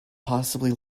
possibly